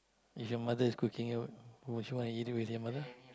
if your mother is cooking would would you want to eat it with your mother